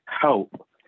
help